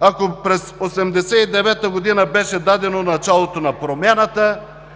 Ако през 1989 г. беше дадено началото на промяната,